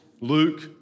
Luke